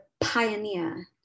pioneer